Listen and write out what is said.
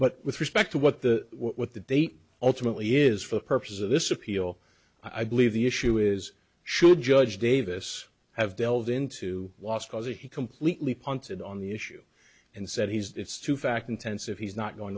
but with respect to what the what the date ultimately is for the purposes of this appeal i believe the issue is should judge davis have delved into was he completely punted on the issue and said he's it's too fact intensive he's not going